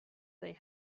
they